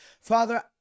Father